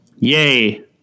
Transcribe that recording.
Yay